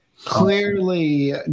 Clearly